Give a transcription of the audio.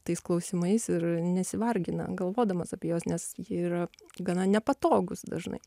tais klausimais ir nesivargina galvodamas apie juos nes jie yra gana nepatogūs dažnai